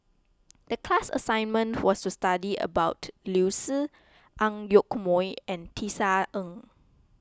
the class assignment was to study about Liu Si Ang Yoke Mooi and Tisa Ng